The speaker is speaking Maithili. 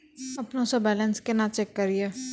अपनों से बैलेंस केना चेक करियै?